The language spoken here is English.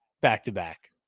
back-to-back